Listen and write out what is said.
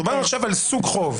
מדובר עכשיו על סוג חוב.